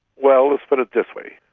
well, let's put it this way,